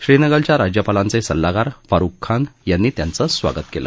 श्रीनगरच्या राज्यपालांचे सल्लागार फारुक खान यांनी त्यांचं स्वागत केलं